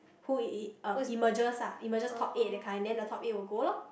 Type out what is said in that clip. who e~ e~ emerges ah emerges top eight that kind then the top eight will go loh